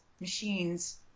machines